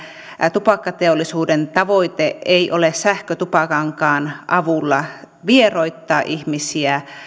tupakkateollisuuden tavoite ei ole sähkötupakankaan avulla vieroittaa ihmisiä